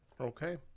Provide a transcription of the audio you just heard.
Okay